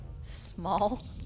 small